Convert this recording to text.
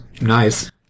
nice